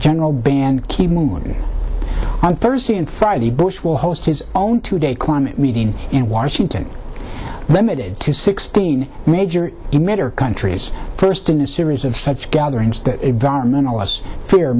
general ban ki moon on thursday and friday bush will host his own two day climate meeting in washington limited to sixteen major emitter countries first in a series of such gatherings that environmental us fear